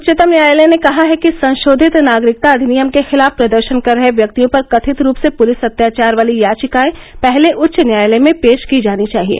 उच्चतम न्यायालय ने कहा है कि संशोधित नागरिकता अधिनियम के खिलाफ प्रदर्शन कर रहे व्यक्तियों पर कथित रूप से पुलिस अत्याचार वाली याचिकाएं पहले उच्च न्यायालय में पेश की जानी चाहिए